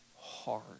hard